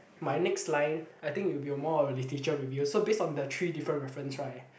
my next line I think it will be more of a literature review so based on the three different reference right